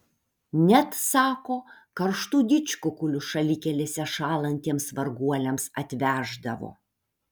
net sako karštų didžkukulių šalikelėse šąlantiems varguoliams atveždavo